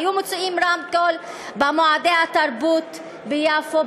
היו מוציאים רמקול במועדי התרבות ביפו,